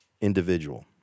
individual